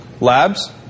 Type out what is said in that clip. labs